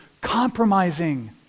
compromising